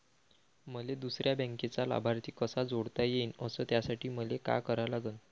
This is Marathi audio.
मले दुसऱ्या बँकेचा लाभार्थी कसा जोडता येईन, अस त्यासाठी मले का करा लागन?